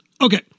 Okay